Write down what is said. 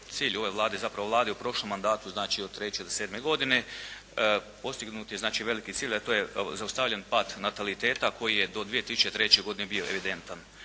cilj ove Vlade, zapravo Vlade u prošlom mandatu, znači od 3. do 7. godine postignut je veliki cilj a to je da je zaustavljen pad nataliteta koji je do 2003. godine bio evidentan.